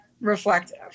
reflective